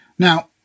Now